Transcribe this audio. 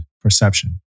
perception